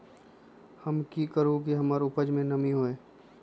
हम की करू की हमार उपज में नमी होए?